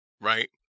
right